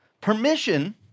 permission